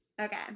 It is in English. okay